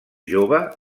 jove